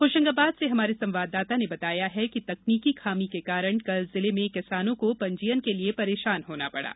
होशंगाबाद से हमारे संवाददाता ने बताया है कि तकनीकी खामी के कारण कल जिले में किसानों को पंजीयन के लिये परेशान होना पड़ा